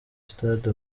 stade